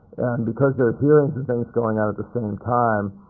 and because there are hearings and things going on at the same time,